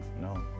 No